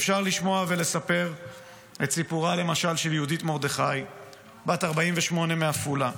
אפשר לשמוע ולספר למשל את סיפורה של יהודית מרדכי בת 48 מעפולה,